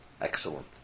Excellent